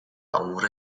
امور